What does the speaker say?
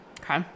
Okay